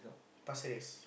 Pasir-Ris